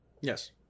Yes